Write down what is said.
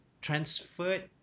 transferred